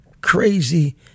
crazy